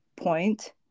point